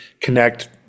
connect